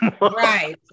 Right